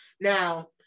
now